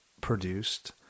produced